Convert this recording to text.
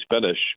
finish